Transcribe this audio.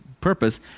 purpose